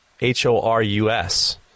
H-O-R-U-S